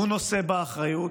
הוא נושא באחריות